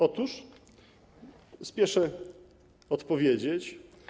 Otóż spieszę odpowiedzieć.